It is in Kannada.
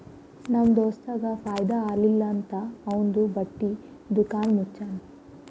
ನಮ್ ದೋಸ್ತಗ್ ಫೈದಾ ಆಲಿಲ್ಲ ಅಂತ್ ಅವಂದು ಬಟ್ಟಿ ದುಕಾನ್ ಮುಚ್ಚನೂ